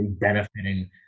benefiting